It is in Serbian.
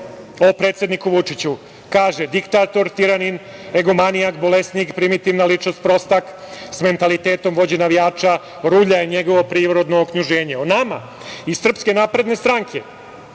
o predsedniku Vučiću. Kaže - diktator, tiranin, egomanijak, bolesnik, primitivna ličnost, prostak sa mentalitetom vođe navijača. Rulja je njegovo prirodno okruženje.O nama iz SNS Goran